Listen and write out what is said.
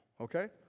okay